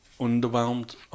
underwhelmed